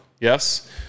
Yes